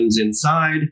inside